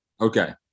Okay